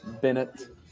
Bennett